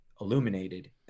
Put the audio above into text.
illuminated